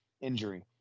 injury